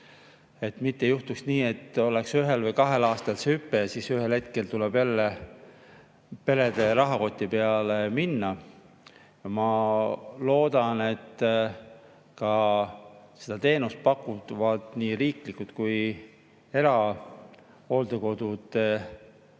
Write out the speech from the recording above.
mitte ei juhtuks nii, et ühel või kahel aastal on hüpe, aga ühel hetkel tuleb jälle perede rahakoti peale minna. Ja ma loodan, et seda teenust pakuvad nii riiklikud kui ka erahooldekodud, kes